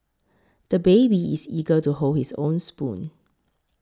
the baby is eager to hold his own spoon